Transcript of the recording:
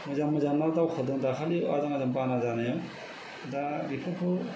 मोजां मोजां ना दावखोदों दाखालि आजां गाजां बाना जानायाव दा बेफोरखौ